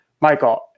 Michael